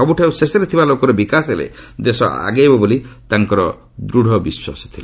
ସବୁଠାରୁ ଶେଷରେ ଥିବା ଲୋକର ବିକାଶ ହେଲେ ଦେଶ ଆଗେଇବ ବୋଲି ତାଙ୍କର ଦୃଢ଼ ବିଶ୍ୱାସ ଥିଲା